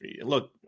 Look